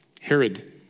Herod